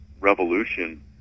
revolution